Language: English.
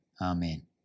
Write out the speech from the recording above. amen